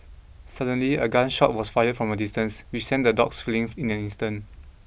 suddenly a gun shot was fired from a distance which sent the dogs fleeing in an instant